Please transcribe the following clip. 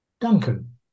Duncan